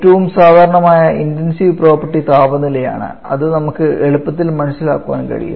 ഏറ്റവും സാധാരണമായ intensive property താപനിലയാണ് അത് നമുക്ക് എളുപ്പത്തിൽ മനസ്സിലാക്കാൻ കഴിയും